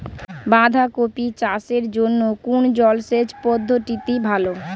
বাঁধাকপি চাষের জন্য কোন জলসেচ পদ্ধতিটি ভালো?